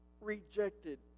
rejected